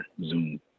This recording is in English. Zoom